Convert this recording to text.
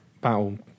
Battle